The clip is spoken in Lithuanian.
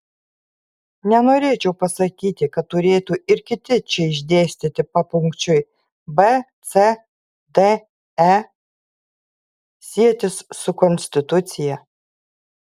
nenorėčiau pasakyti kad turėtų ir kiti čia išdėstyti papunkčiui b c d e sietis su konstitucija